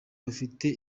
bafite